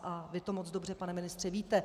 A vy to moc dobře, pane ministře, víte.